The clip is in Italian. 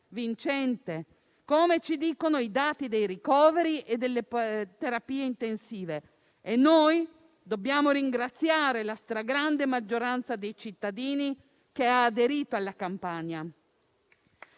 vincente, come ci dicono i dati dei ricoveri e delle terapie intensive, e dobbiamo ringraziare la stragrande maggioranza dei cittadini che ha aderito alla campagna.